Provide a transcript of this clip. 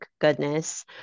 goodness